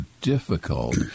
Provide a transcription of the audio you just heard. difficult